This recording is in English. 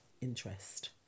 interest